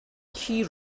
key